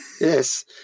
Yes